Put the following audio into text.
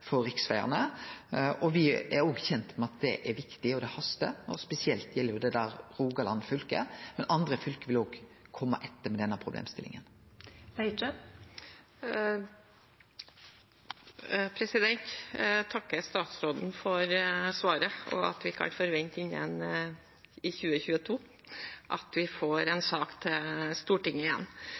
riksvegane. Me er òg kjende med at det er viktig, og at det hastar. Spesielt gjeld det Rogaland fylke, men andre fylke vil kome etter med denne problemstillinga. Jeg takker statsråden for svaret og for at vi kan forvente at vi innen 2022 får en sak til Stortinget igjen.